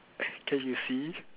can you see